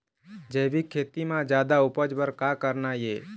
जैविक खेती म जादा उपज बर का करना ये?